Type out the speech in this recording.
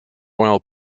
while